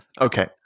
okay